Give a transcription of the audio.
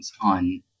on